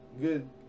good